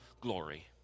glory